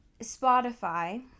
Spotify